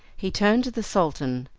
he turned to the sultan.